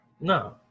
No